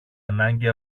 ανάγκη